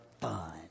fun